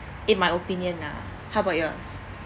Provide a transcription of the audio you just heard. in my opinion lah how about yours